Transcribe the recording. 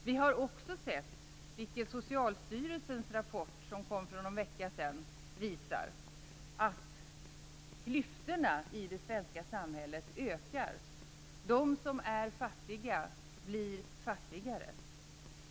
Vi har också sett, vilket en rapport från Socialstyrelsen som kom för någon vecka sedan visar, att klyftorna i det svenska samhället ökar. De som är fattiga blir fattigare.